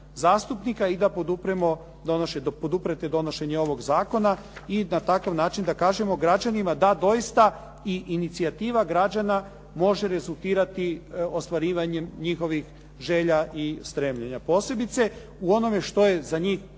i da poduprete donošenje takvog zakona i na takav način da kažemo građanima da doista i inicijativa građana može rezultirati ostvarivanjem njihovih želja i stremljena, posebice u onome što je za njih